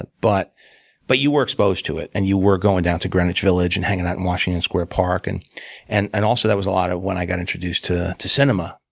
ah but but you were exposed to it, and you were going down to greenwich village, and hanging out in washington square park. and and and also, that was a lot of when i got introduced to to cinema,